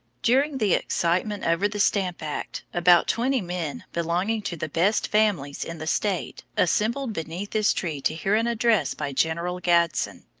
during the excitement over the stamp act, about twenty men, belonging to the best families in the state, assembled beneath this tree to hear an address by general gadsen.